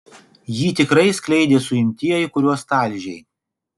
jį tikrai skleidė suimtieji kuriuos talžei